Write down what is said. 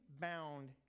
bound